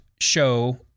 show